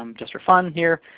um just for fun, here,